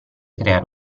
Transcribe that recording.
creare